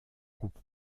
groupe